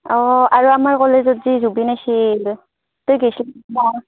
অঁ আৰু আমাৰ কলেজত যি জুবিন আইছিল তই গেইছিলি না